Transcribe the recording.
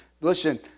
Listen